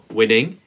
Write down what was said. winning